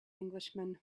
englishman